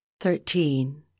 thirteen